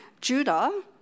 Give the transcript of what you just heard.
Judah